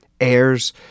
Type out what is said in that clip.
heirs